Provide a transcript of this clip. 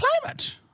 climate